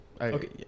Okay